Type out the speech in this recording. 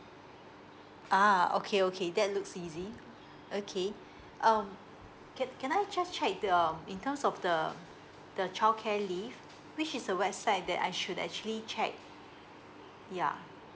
ah okay okay that looks easy okay um can can I just check the in terms of the the childcare leave which is a website that I should actually check yeah